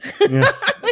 Yes